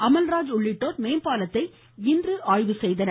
விமல்ராஜ் உள்ளிட்டோர் மேம்பாலத்தை இன்று ஆய்வு செய்தனர்